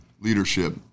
leadership